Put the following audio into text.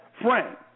friend